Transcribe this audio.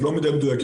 זה לא מדע מדויק,